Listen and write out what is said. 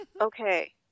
Okay